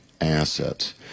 assets